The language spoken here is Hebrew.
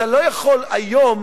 אתה לא יכול היום,